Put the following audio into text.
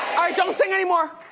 don't sing anymore.